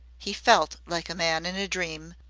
he felt like a man in a dream,